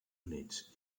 units